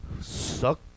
suck